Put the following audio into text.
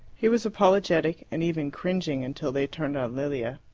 he was apologetic, and even cringing, until they turned on lilia.